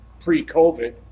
pre-COVID